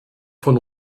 von